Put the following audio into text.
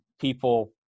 people